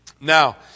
Now